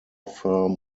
firm